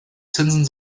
zinsen